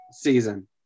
season